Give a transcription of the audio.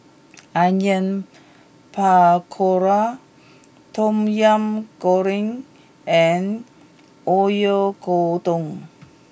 Onion Pakora Tom Yam Goong and Oyakodon